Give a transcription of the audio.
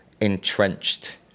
entrenched